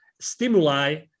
stimuli